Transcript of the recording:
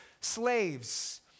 slaves